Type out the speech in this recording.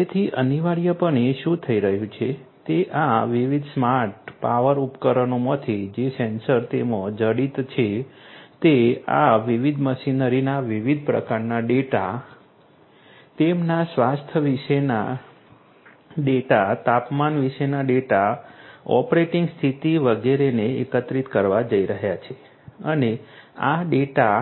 તેથી અનિવાર્યપણે શું થઈ રહ્યું છે તે આ વિવિધ સ્માર્ટ પાવર ઉપકરણોમાંથી જે સેન્સર તેમાં જડિત છે તે આ વિવિધ મશીનરીના વિવિધ પ્રકારના ડેટા તેમના સ્વાસ્થ્ય વિશેના ડેટા તાપમાન વિશેના ડેટા ઓપરેટિંગ સ્થિતિ વગેરેને એકત્રિત કરવા જઈ રહ્યા છે અને આ ડેટા